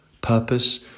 purpose